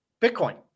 Bitcoin